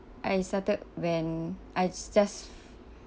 I started when I just